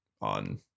on